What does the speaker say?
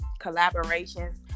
collaborations